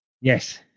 Yes